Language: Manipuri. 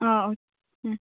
ꯑꯥ ꯑꯥ ꯑꯥ